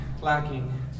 lacking